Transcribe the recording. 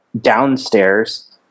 downstairs